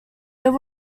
there